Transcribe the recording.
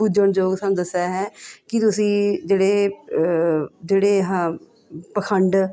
ਪੂਜਣਯੋਗ ਸਾਨੂੰ ਦੱਸਿਆ ਹੈ ਕਿ ਤੁਸੀਂ ਜਿਹੜੇ ਜਿਹੜੇ ਆਹ ਪਖੰਡ